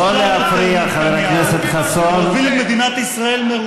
טוב שראש הממשלה לא מפיל אותה בעצמו.